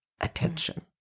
attention